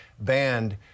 banned